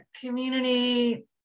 community